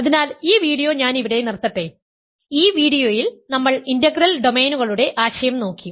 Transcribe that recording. അതിനാൽ ഈ വീഡിയോ ഞാൻ ഇവിടെ നിർത്തട്ടെ ഈ വീഡിയോയിൽ നമ്മൾ ഇന്റഗ്രൽ ഡൊമെയ്നുകളുടെ ആശയം നോക്കി